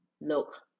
look